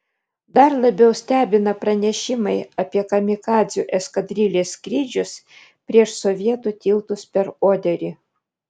dar labiau stebina pranešimai apie kamikadzių eskadrilės skrydžius prieš sovietų tiltus per oderį